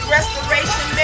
Restoration